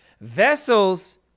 Vessels